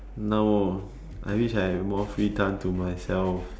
no I wish I had more free time to myself